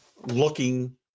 looking